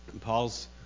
Paul's